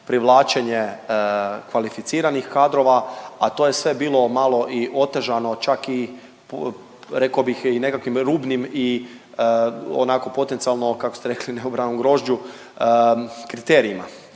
privlačenje kvalificiranih kadrova, a to je sve bilo malo i otežano čak i rekao bih i nekakvim rubnim i onako potencijalno kako ste rekli neobranom grožđu kriterijima,